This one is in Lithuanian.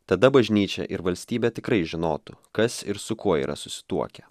tada bažnyčia ir valstybė tikrai žinotų kas ir su kuo yra susituokę